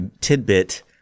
tidbit